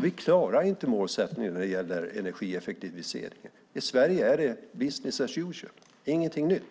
Vi klarar inte målsättningen för energieffektiviseringen. I Sverige är det business as usual, ingenting nytt.